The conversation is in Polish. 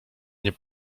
nie